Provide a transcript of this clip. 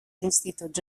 instituts